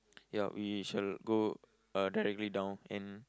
ya we shall go uh directly down and